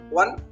one